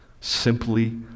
simply